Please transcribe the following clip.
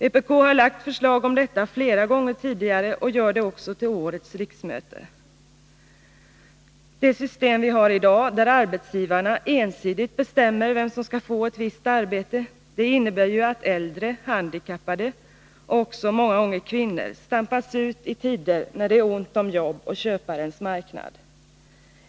Vpk har lagt fram förslag om detta flera gånger tidigare och gör det också till årets riksmöte. Det system vi i dag har, där arbetsgivarna ensidigt bestämmer vem som skall få ett visst arbete, innebär att äldre och handikappade, och många gånger också kvinnor, stampas ut i tider när det är ont om jobb och köparens marknad.